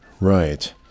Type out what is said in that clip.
Right